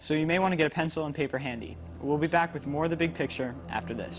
so you may want to get a pencil and paper handy will be back with more the big picture after th